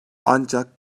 ancak